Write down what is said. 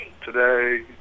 today